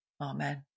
Amen